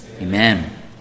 Amen